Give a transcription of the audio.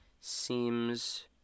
seems